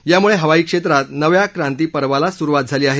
यामुळे हवाई क्षेत्रात नव्या क्रांतीपर्वाला सुरुवात झाली आहे